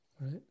right